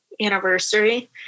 anniversary